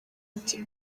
ati